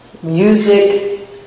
music